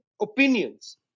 opinions